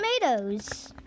tomatoes